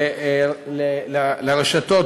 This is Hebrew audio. לרשתות